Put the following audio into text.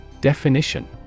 definition